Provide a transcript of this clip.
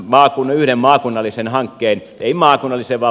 otan yhden valtakunnallisen hankkeen nelostien